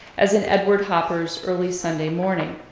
as in edward hopper's early sunday morning.